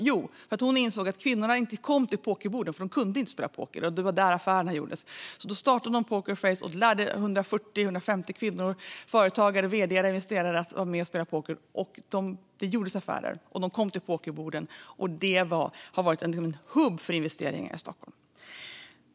Jo, hon insåg att kvinnorna inte kom till pokerborden eftersom de inte kunde spela poker, och det var där affärerna gjordes. Då startade hon Pokerface och lärde 140-150 kvinnor - företagare, vd:ar och investerare - att spela poker. De kom till pokerborden, och det gjordes affärer. Det har varit en hubb för investeringar i Stockholm.